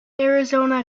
arizona